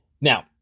Now